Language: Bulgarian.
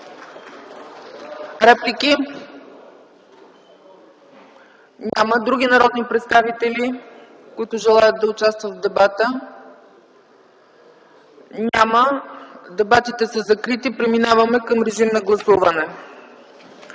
Реплики? Няма. Други народни представители, които желаят да участват в дебата? Няма. Дебатите са закрити. Преминаваме към режим на гласуване.